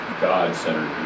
God-centered